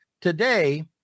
today